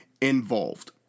involved